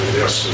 yes